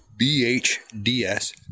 BHDS